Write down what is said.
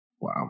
wow